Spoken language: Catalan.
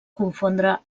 confondre